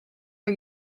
are